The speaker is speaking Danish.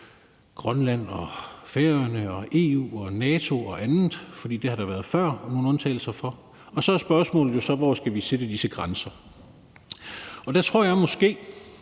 Grønland og Færøerne, EU, NATO og andet, for det har der før været nogle undtagelser for. Og så spørgsmålet jo så: Hvor skal vi sætte disse grænser? Der tror jeg måske,